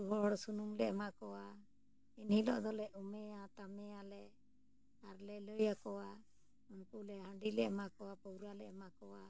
ᱦᱚᱲ ᱥᱩᱱᱩᱢ ᱞᱮ ᱮᱢᱟ ᱠᱚᱣᱟ ᱮᱱᱦᱤᱞᱳᱜ ᱫᱚᱞᱮ ᱩᱢᱮᱭᱟ ᱛᱟᱢᱮᱭᱟᱞᱮ ᱟᱨᱞᱮ ᱞᱟᱹᱭᱟᱠᱚᱣᱟ ᱩᱱᱠᱩ ᱞᱮ ᱦᱟᱺᱰᱤᱞᱮ ᱮᱢᱟ ᱠᱚᱣᱟ ᱯᱟᱹᱣᱨᱟᱞᱮ ᱮᱢᱟ ᱠᱚᱣᱟ